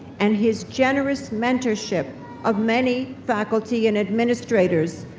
and his generous mentorship of many faculty and administrators,